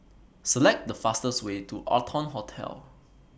Select The fastest Way to Arton Hotel